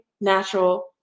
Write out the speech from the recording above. natural